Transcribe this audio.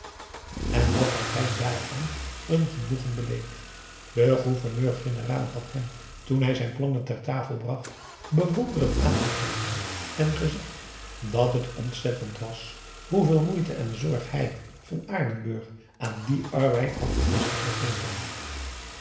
en wat had hij daarvan een genoegen beleefd de gouverneur-generaal had hem toen hij zijn plannen ter tafel bracht bewonderend aangekeken en gezegd dat het ontzettend was zooveel moeite en zorg hij van aardenburg aan dien arbeid had ten beste gegeven